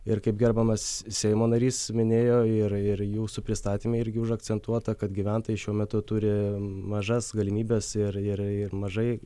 ir kaip gerbiamas seimo narys minėjo ir ir jūsų pristatyme irgi užakcentuota kad gyventojai šiuo metu turi mažas galimybes ir ir ir mažai